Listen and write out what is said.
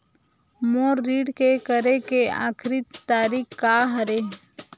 मोर ऋण के करे के आखिरी तारीक का हरे?